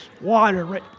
water